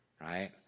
Right